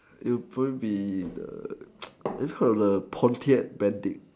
you probably be the it quite of the phonier bandit